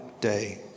day